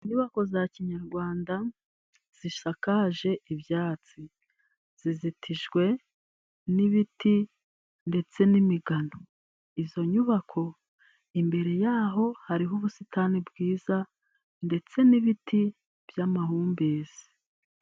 Inyubako za kinyarwanda zisakaje ibyatsi. Zizitijwe n'ibiti ndetse n'imigano， izo nyubako imbere yaho hariho ubusitani bwiza ndetse n'ibiti by'amahumbezi.